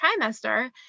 trimester